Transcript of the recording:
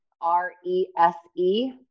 r-e-s-e